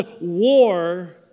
war